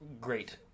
Great